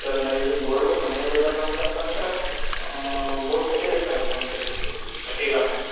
sir ನಾವು ಈಗ gold ಮನಿಯಲ್ಲಿ ಇರೋದು ಅಂತಂತ ಅಂದ್ರೆ ಮೂರು ತೊಲ ಇದೆ ಸರ್ ಮೂರು ತೊಲ ತರ್ಟಿ ಗ್ರಾಮ್ ಸರ್